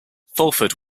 fulford